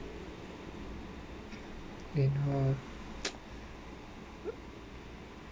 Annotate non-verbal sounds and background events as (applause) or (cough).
(noise)